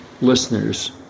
listeners